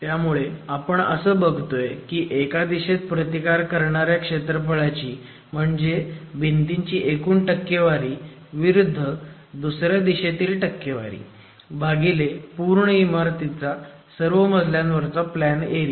त्यामुळे आपण असं बघतोय की एका दिशेत प्रतिकार करणाऱ्या क्षेत्रफळाची म्हणजे भींतीची एकूण टक्केवारी विरुद्ध दुसऱ्या दिशेतली टक्केवारी भागीले पूर्ण इमारतीचा सर्व मजल्यांवरचा प्लॅन एरिया